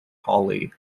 holly